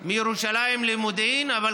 מירושלים למודיעין, אבל